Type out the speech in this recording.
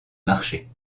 marchés